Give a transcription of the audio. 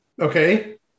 Okay